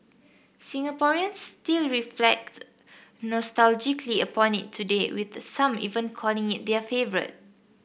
Singaporeans still reflect nostalgically upon it today with some even calling it their favourite